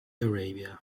arabia